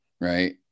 right